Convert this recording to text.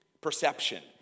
Perception